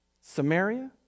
Samaria